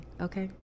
okay